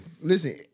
Listen